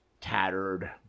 tattered